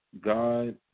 God